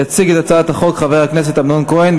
יציג את הצעת החוק חבר הכנסת אמנון כהן.